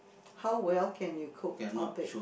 how well can you cook or bake